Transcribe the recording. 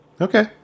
Okay